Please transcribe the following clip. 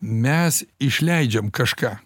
mes išleidžiam kažką